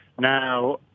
Now